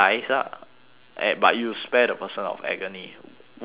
eh but you spare the person of agony what would you do